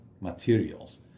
materials